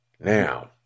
Now